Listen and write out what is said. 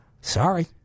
Sorry